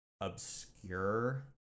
obscure